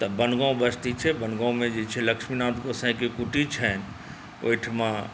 तऽ बनगाँव बस्ती छै बनगाँवमे जे छै लक्ष्मीनाथ गोसाईंके कुटी छनि ओहिठाम